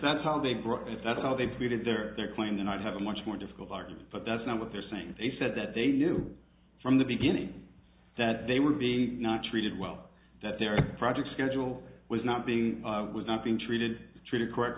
that's how they broke it that's how they treated their or their claims and i'd have a much more difficult argument but that's not what they're saying they said that they knew from the beginning that they were being not treated well that their project schedule was not being was not being treated treated correct